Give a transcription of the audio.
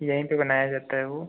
यहीं पऱ बनाया जाता है वह